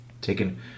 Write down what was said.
taken